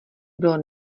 bylo